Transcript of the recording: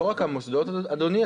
לא רק המוסדות, אדוני.